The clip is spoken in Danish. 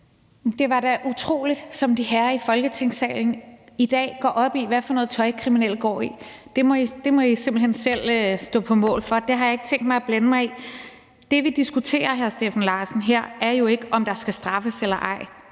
Det var da utroligt, som d'herrer i Folketingssalen i dag går op i, hvad for noget tøj kriminelle går i. Det må I simpelt hen selv stå på mål for. Det har jeg ikke tænkt mig at blande mig i. Det, vi diskuterer her, hr. Steffen Larsen, er jo ikke, om der skal straffes eller ej.